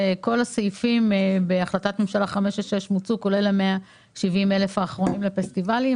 הסעיפים בהחלטת ממשלה 566 מוצו כולל ה-170,000 האחרונים לפסטיבלים?